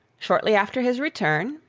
shortly after his return,